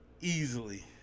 easily